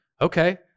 Okay